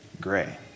gray